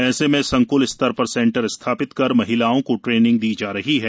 ऐसे में संकुल स्तर पर सेन्टर स्थापित कर महिलाओं को ट्रेनिंग दी जा रही है